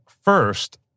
first